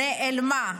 נעלמה.